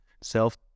self